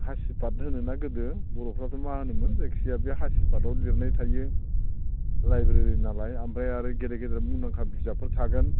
हासिबाद होनो ना गोदो बर'फ्राथ' मा होनोमोन जायखिजाया बे हासिबादआव लिरनाय थायो लाइब्रेरि नालाय ओमफाय आरो गेदेर गेदेर मुंदांखा बिजाबफोर थागोन